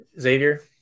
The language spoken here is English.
Xavier